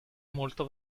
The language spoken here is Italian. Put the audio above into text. molto